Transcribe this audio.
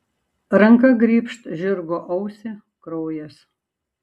ranka grybšt žirgo ausį kraujas